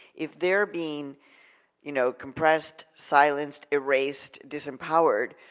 if they're being you know compressed, silenced, erased, disempowered,